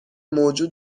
موجود